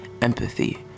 empathy